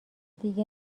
دیگه